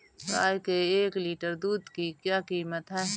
गाय के एक लीटर दूध की क्या कीमत है?